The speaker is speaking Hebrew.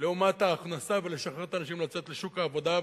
לעומת ההכנסה, ולשחרר את האנשים לצאת לשוק העבודה.